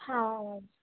ਹਾਂ